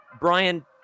Brian